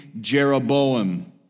Jeroboam